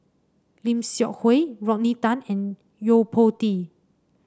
Lim Seok Hui Rodney Tan and Yo Po Tee